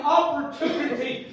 opportunity